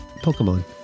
Pokemon